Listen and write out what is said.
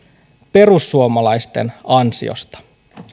perussuomalaisten ansiosta